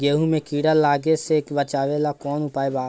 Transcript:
गेहूँ मे कीड़ा लागे से बचावेला कौन उपाय बा?